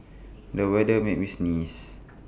the weather made me sneeze